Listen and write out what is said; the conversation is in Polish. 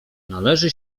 należy